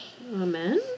Amen